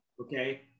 Okay